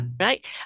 Right